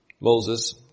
Moses